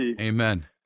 Amen